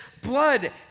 blood